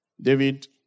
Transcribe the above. David